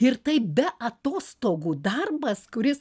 ir tai be atostogų darbas kuris